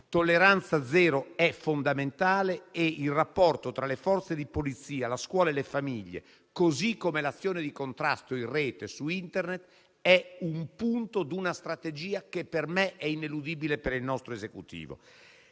tolleranza zero è fondamentale e il rapporto tra le Forze di polizia, la scuola e le famiglie, così come l'azione di contrasto in rete su Internet sono punti di una strategia per me ineludibile per il nostro Esecutivo.